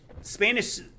Spanish